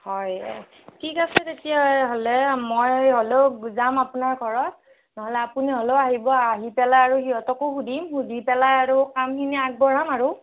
হয় ঠিক আছে তেতিয়াহ'লে মই হ'লেও যাম আপোনাৰ ঘৰত নহ'লে আপুনি হ'লেও আহিব আহি পেলাই আৰু সিহঁতকো সুধিম সুধি পেলাই আৰু কামখিনি আগবঢ়াম আৰু